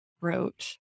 wrote